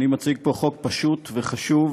אני מציג פה חוק פשוט וחשוב,